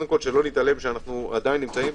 אנו עדיין נמצאים,